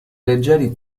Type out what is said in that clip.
leggeri